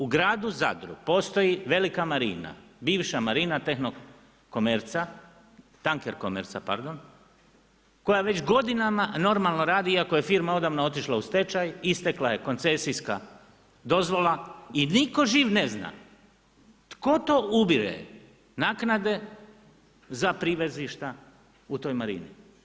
U gradu Zadru, postoji velika marina, bivša marina, tehno komerca, tanker komerca, pardon, koja već godinama normalno radi, iako je firma odavno otišla u stečaj, istekla je koncesijska dozvola i nitko živ ne zna, tko to ubire, naknade, za privezištva u toj marini?